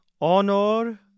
HONOR